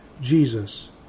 Jesus